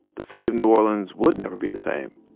the city of new orleans would never be the same.